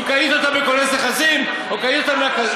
אם קנית אותן מכונס נכסים או קנית מ,